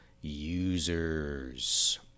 users